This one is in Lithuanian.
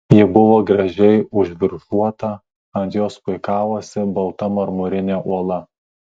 ji buvo gražiai užviršuota ant jos puikavosi balta marmurinė uola